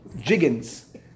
Jiggins